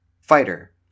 fighter